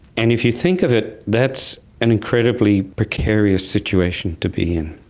and if you think of it, that's an incredibly precarious situation to be in,